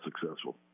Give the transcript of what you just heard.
successful